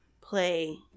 play